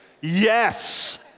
Yes